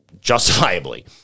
justifiably